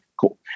cool